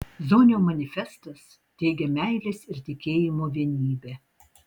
zonio manifestas teigia meilės ir tikėjimo vienybę